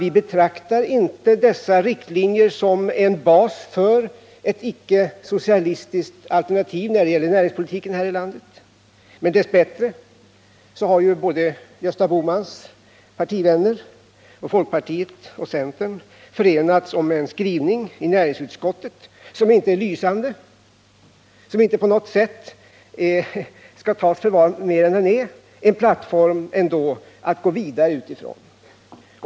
Vi betraktar inte dessa riktlinjer som en bas för ett icke-socialistiskt alternativ när det gäller näringspolitiken här i landet. Dess bättre har Gösta Bohmans partivänner och folkpartiets och centerns representanter i näringsutskottet enats om en skrivning som inte är lysande, som inte skall tas för mer än den är men som ändå är en plattform att gå vidare utifrån.